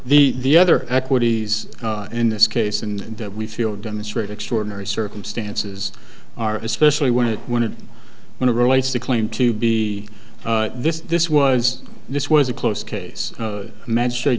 the the other equities in this case and that we feel demonstrate extraordinary circumstances are especially when it when it when it relates to claim to be this this was this was a close case